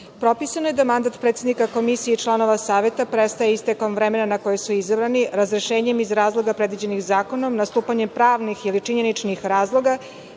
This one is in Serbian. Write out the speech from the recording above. propisano je da mandat predsednika Komisije i članova Saveta prestaje istekom vremena na koje su izabrani, razrešenjem iz razloga predviđenih zakonom, nastupanjem pravnih ili činjeničnih razloga